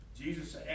Jesus